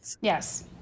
yes